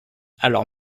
alors